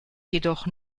jedoch